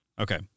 Okay